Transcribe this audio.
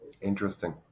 Interesting